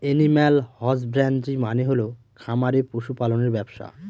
animal husbandry মানে হল খামারে পশু পালনের ব্যবসা